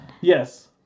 yes